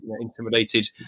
intimidated